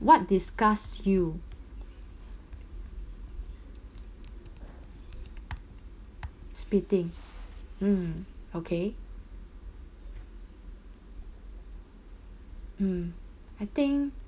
what disgusts you spitting mm okay mm I think